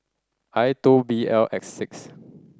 I two B L X six